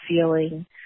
feeling